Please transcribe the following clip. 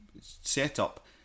set-up